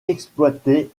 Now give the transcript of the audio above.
exploitait